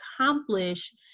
accomplish